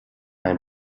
ein